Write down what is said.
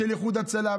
איחוד הצלה,